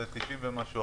בסדר, אבל זה 90% ומשהו.